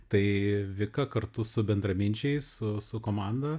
tai vika kartu su bendraminčiais su su komanda